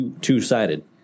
two-sided